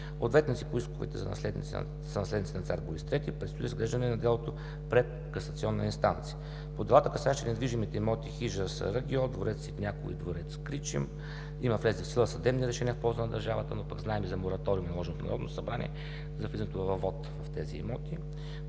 Ответници по исковете са наследниците на цар Борис III. Предстои разглеждане на делото пред касационна инстанция. По делата, касаещи недвижимите имоти хижа „Саръгьол“, дворец „Ситняково“ и дворец „Кричим“ има влезли в сила съдебни решения в полза на държавата, но пък знаем и за мораториума, наложен от Народното събрание, за влизането въвод в тези имоти.